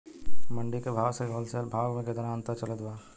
मंडी के भाव से होलसेल भाव मे केतना के अंतर चलत बा?